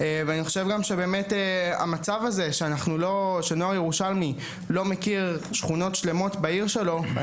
מצב בו נוער ירושלמי לא מכיר שכונות שלמות בעיר בה הוא חי,